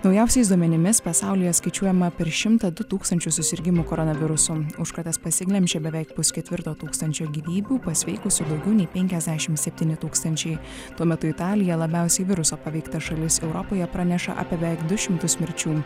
naujausiais duomenimis pasaulyje skaičiuojama per šimtą du tūkstančius susirgimų koronaviruso užkratas pasiglemžė beveik pusketvirto tūkstančio gyvybių pasveikusių daugiau nei penkiasdešimt septyni tūkstančiai tuo metu italija labiausiai viruso paveikta šalis europoje praneša apie beveik du šimtus mirčių